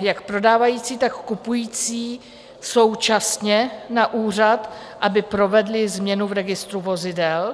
jak prodávající, tak kupující současně na úřad, aby provedli změnu v registru vozidel.